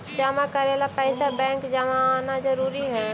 जमा करे ला पैसा बैंक जाना जरूरी है?